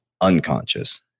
unconscious